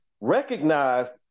recognized